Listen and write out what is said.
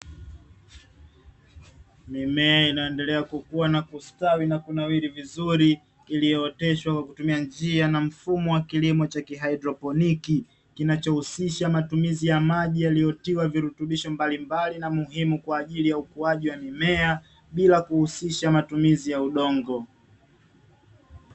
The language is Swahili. Mimea inayoendelea kukua na kustawi na kunawili vizuuri, iliyooteshwa kwa kutumia mfumo wa kilimo cha kihaidroponiki, kinachohusisha matumizi ya maji yaliyotiwa virutubisho mbalimbali na muhimu kwa ajili ya ukuaji wa mimea bila kuhusisha matumizi ya udongo.